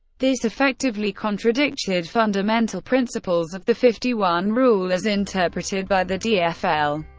this effectively contradicted fundamental principles of the fifty one rule, as interpreted by the dfl,